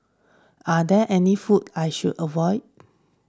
are there any foods I should avoid